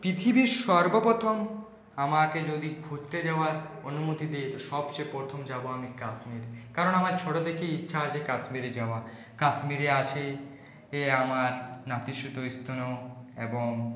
পৃথিবীর সর্বপ্রথম আমাকে যদি ঘুরতে যাওয়ার অনুমতি দিই সবচেয়ে প্রথম যাব আমি কাশ্মীর কারণ আমার ছোট থেকেই ইচ্ছা আছে কাশ্মীরে যাওয়ার কাশ্মীরে আছে আমার নাতিশীতোষ্ণ এবং